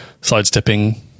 Sidestepping